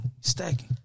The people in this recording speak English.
stacking